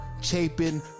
Chapin